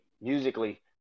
musically